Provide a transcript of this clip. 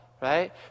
right